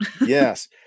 Yes